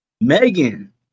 Megan